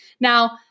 Now